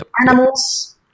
animals